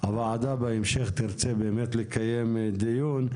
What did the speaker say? הוועדה באמת תרצה לקיים בהמשך דיון,